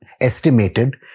estimated